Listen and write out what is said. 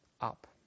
up